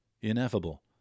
ineffable